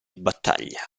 battaglia